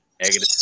negative